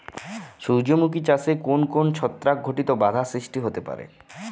সূর্যমুখী চাষে কোন কোন ছত্রাক ঘটিত বাধা সৃষ্টি হতে পারে?